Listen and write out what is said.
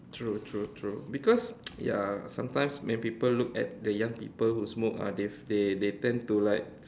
true true true because ya sometimes when people look at the young people who smoke ah they they they tend to like